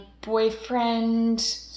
boyfriend